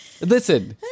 Listen